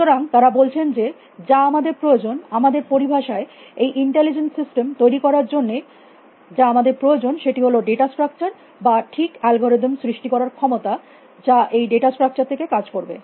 সুতরাং তারা বলছেন যে যা আমাদের প্রয়োজন আমাদের পরিভাষায় এই ইন্টেলিজেন্ট সিস্টেম তৈরী করার জন্য যা আমাদের প্রয়োজন সেটি হল ডেটা স্ট্রাকচার বা ঠিক অ্যালগরিদম সৃষ্টি করার ক্ষমতা যা এই ডেটা স্ট্রাকচার থেকে কাজ করবে